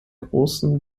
großen